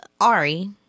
Ari